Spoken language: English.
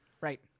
Right